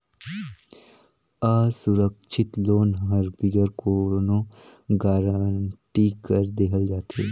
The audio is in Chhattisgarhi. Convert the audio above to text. असुरक्छित लोन हर बिगर कोनो गरंटी कर देहल जाथे